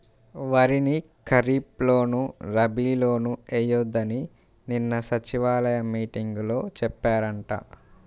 వరిని ఖరీప్ లోను, రబీ లోనూ ఎయ్యొద్దని నిన్న సచివాలయం మీటింగులో చెప్పారంట